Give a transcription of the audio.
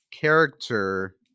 character